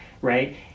right